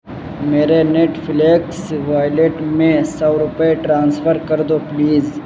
میرے Netflix wallet میں سو روپے ٹرانسفر کر دو پلیز